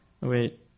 Wait